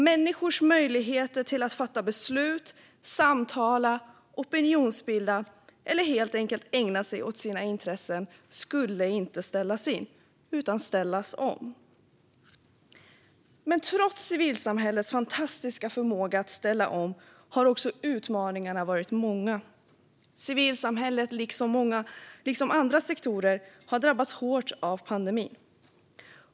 Människors möjligheter till att fatta beslut, samtala, opinionsbilda eller helt enkelt ägna sig åt sina intressen skulle inte ställas in utan ställas om. Men trots civilsamhället fantastiska förmåga att ställa om har också utmaningar varit många. Civilsamhället, liksom andra sektorer, har drabbats hårt av pandemin.